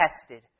tested